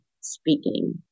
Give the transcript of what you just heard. speaking